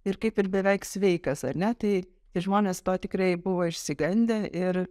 ir kaip ir beveik sveikas ar ne tai tai žmonės to tikrai buvo išsigandę ir